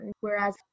whereas